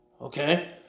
Okay